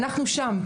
אנחנו שם.